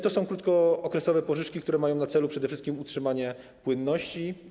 To są krótkookresowe pożyczki, które mają na celu przede wszystkim utrzymanie płynności.